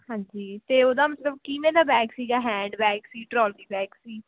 ਹਾਂਜੀ ਅਤੇ ਉਹਦਾ ਮਤਲਬ ਕਿਵੇਂ ਦਾ ਬੈਗ ਸੀਗਾ ਹੈਂਡਬੈਗ ਸੀ ਟਰੋਲੀ ਬੈਗ ਸੀ